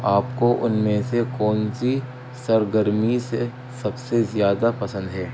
آپ کو ان میں سے کون سی سرگرمی سے سب سے زیادہ پسند ہے